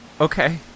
Okay